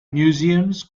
museums